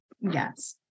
Yes